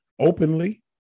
openly